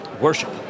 worship